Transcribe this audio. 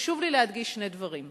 חשוב לי להדגיש שני דברים.